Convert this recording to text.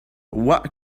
what